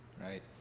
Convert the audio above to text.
right